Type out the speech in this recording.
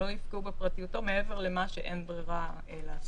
לא יפגעו בפרטיותו מעבר למה שאין ברירה לעשות.